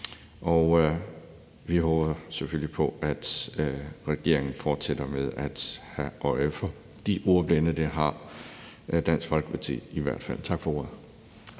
og vi håber selvfølgelig på, at regeringen fortsætter med at have øje for de ordblinde. Det har Dansk Folkeparti i hvert fald. Tak for ordet.